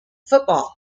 football